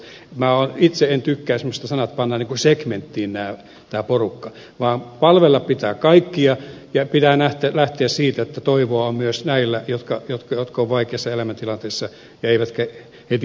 minä itse en tykkää että pannaan niin kuin segmenttiin tämä porukka vaan palvella pitää kaikkia ja pitää lähteä siitä että toivoa on myös näillä jotka ovat vaikeassa elämäntilanteessa eivätkä heti työllisty